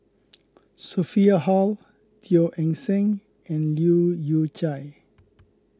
Sophia Hull Teo Eng Seng and Leu Yew Chye